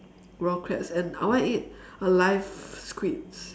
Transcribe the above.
raw crabs and I wanna eat a live squid